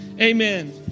amen